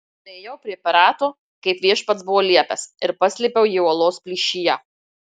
nuėjau prie perato kaip viešpats buvo liepęs ir paslėpiau jį uolos plyšyje